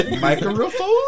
Microphone